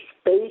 space